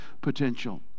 potential